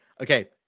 Okay